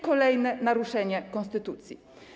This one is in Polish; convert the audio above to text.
Kolejne naruszenie konstytucji.